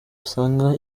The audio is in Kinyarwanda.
usanga